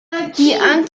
anziehung